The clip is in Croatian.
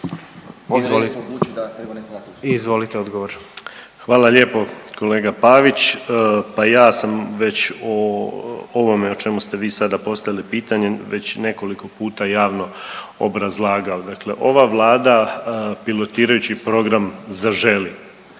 Marin (HDZ)** Hvala lijepo kolega Pavić. Pa ja sam već o ovome o čemu ste vi sada postavili pitanje već nekoliko puta javno obrazlagali. Dakle, ova Vlada pilotirajući program Zaželi,